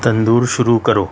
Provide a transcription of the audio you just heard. تندور شروع کرو